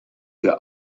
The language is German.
der